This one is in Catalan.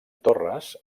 torres